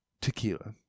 tequila